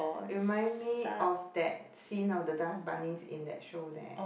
remind me of that scene of the dust bunnies in that show there